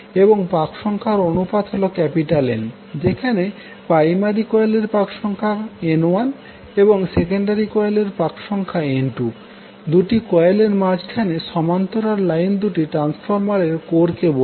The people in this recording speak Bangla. এবং পাক সংখ্যা অনুপাত হল N যেখানে প্রাইমারি কোয়েলের পাক সংখ্যা N1এবং সেকেন্ডারি কোয়েলের প্রাক সংখ্যা N2 দুটি কোয়েলের মাঝে সমান্তরাল লাইন দুটি ট্রান্সফরমারের কোর কে বোঝায়